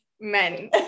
men